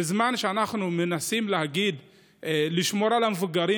בזמן שאנחנו מנסים לשמור על המבוגרים